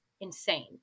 insane